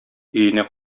өенә